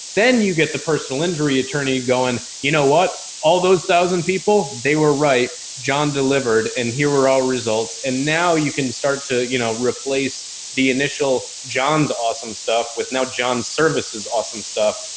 then you get the personal injury attorney going, you know what? all those thousand people, they were right. john delivered and here were all results and now you can start to, you know, replace the initial john's awesome stuff with now john's services, awesome stuff,